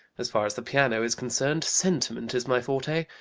as far as the piano is concerned, sentiment is my forte.